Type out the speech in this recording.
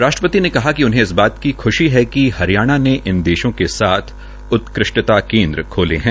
राष्ट्रपति ने कहा कि उन्हें इस बात की ख्शी है कि हरियाणा ने इस देशों के साथ उत्कृष्टता केन्द्र खोले है